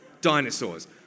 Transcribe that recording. dinosaurs